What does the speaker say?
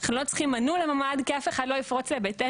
אנחנו לא צריכים מנעול לממ"ד כי אף אחד לא יפרוץ לביתנו